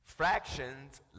Fractions